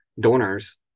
donors